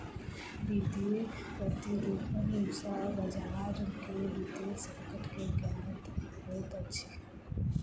वित्तीय प्रतिरूपण सॅ बजार के वित्तीय संकट के ज्ञात होइत अछि